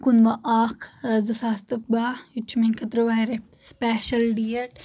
کُنوُہ اکھ زٕ ساس تہٕ باہہ یہِ تہِ چھُ میانہِ خٲطرٕ واریاہ سُپیشل ڈیٹ